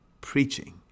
Preaching